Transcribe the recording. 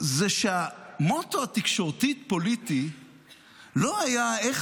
זה שהמוטו התקשורתי-פוליטי לא היה איך